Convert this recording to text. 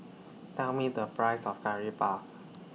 Tell Me The Price of Curry Puff